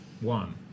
One